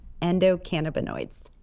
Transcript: endocannabinoids